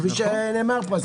כפי שנאמר פה.